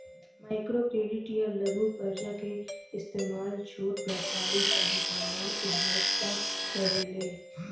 micro credit या लघु कर्जा के इस्तमाल छोट व्यापारी चाहे सामान्य उपभोक्ता करेले